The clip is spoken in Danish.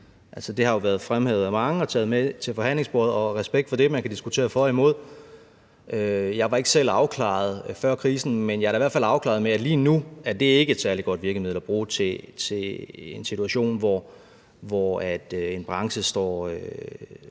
det har jo været fremhævet af mange og har været taget med til forhandlingsbordet, og respekt for det; man kan jo diskutere for eller imod. Jeg var ikke selv afklaret før krisen, men jeg er da i hvert fald afklaret med, at lige nu er det ikke et særlig godt virkemiddel at bruge til en situation, hvor en branche er